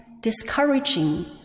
discouraging